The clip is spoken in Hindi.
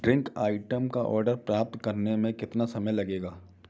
ड्रिंक आइटम का आर्डर प्राप्त करने में कितना समय लगेगा